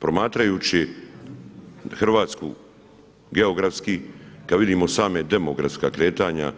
Promatrajući Hrvatsku geografski, kada vidimo sama demografska kretanja,